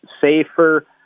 safer